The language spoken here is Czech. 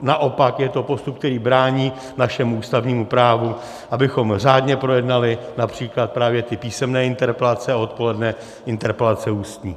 Naopak, je to postup, který brání našemu ústavnímu právu, abychom řádně projednali například právě písemné interpelace a odpoledne interpelace ústní.